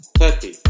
thirty